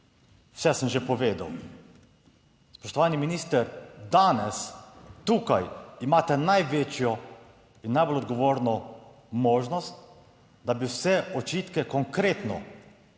vse sem že povedal. Spoštovani minister, danes tukaj imate največjo in najbolj odgovorno možnost, da bi vse očitke konkretno